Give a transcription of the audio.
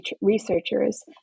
researchers